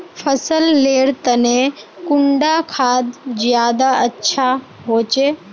फसल लेर तने कुंडा खाद ज्यादा अच्छा होचे?